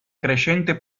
crescente